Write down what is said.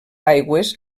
aigües